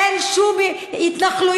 אין שום התנחלויות,